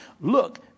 Look